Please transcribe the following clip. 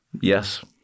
Yes